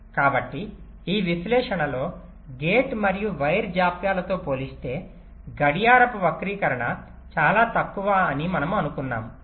కాబట్టి ఈ విశ్లేషణలో గేట్ మరియు వైర్ జాప్యాలతో పోలిస్తే గడియారపు వక్రీకరణ చాలా తక్కువ అని మనము అనుకున్నాము